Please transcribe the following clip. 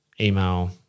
email